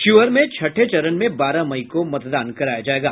शिवहर में छठे चरण में बारह मई को मतदान कराया जायेगा